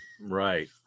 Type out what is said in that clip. Right